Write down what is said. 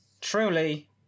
Truly